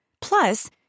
Plus